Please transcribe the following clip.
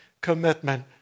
commitment